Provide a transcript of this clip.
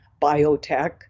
biotech